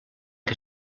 que